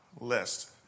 list